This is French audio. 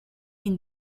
une